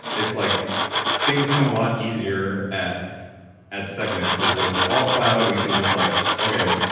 it's like things come a lot easier at at segment, because we're all cloud. we can just like, okay.